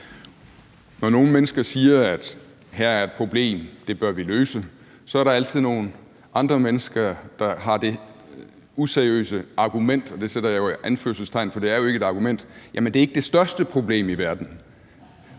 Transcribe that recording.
Når nogle menneske siger, at her er et problem, og at det bør vi løse, er der altid nogle andre mennesker, der har det useriøse argument – og det sætter jeg jo i anførselstegn, for det er jo ikke et argument – at det ikke er det største problem i verden.